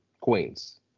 Queens